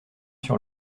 sur